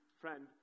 friend